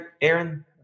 aaron